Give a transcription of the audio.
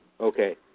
Okay